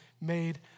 made